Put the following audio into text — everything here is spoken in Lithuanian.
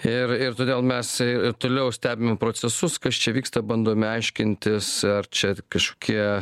ir ir todėl mes ir toliau stebime procesus kas čia vyksta bandome aiškintis ar čia kažkokie